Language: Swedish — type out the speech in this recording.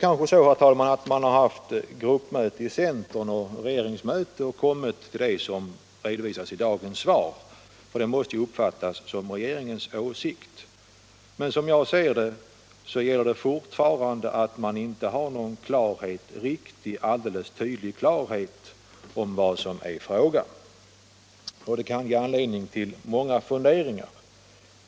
Kanske man har haft gruppmöte i centern och regeringsmöte och kommit fram till den uppfattning som redovisas i dagens svar — den måste ju uppfattas som regeringens åsikt. Men som jag ser det är det fortfarande inte någon riktig klarhet i fråga om vad som gäller, och det kan ge anledning till många funderingar.